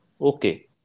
Okay